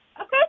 Okay